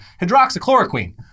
hydroxychloroquine